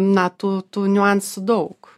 na tų tų niuansų daug